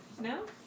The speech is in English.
No